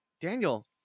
Daniel